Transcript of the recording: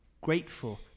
grateful